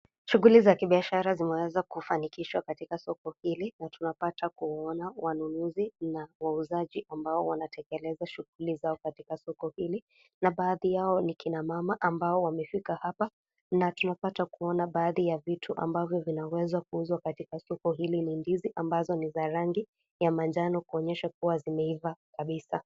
Shughuli za kibiashara zimeweza kufanikishwa katika soko hili na tunapata kuona wanunuzi na wauzaji ambao wanategeleza shughuli zao katika soko hili. Na baadhi yao ni kina mama ambao wamefika hapa na tunapata kuona baadhi ya vitu ambavyo vinaweza kuuzwa katika soko hili ni ndizi ambazo ni za rangi ya manjano kuonyesha kuwa zimeiva kabisa.